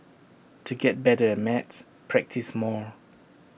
to get better at maths practise more